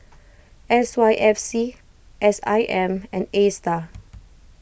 S Y F C S I M and Astar